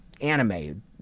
anime